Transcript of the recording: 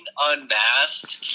unmasked